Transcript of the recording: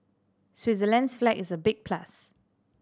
Switzerland's flag is a big plus